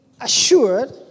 assured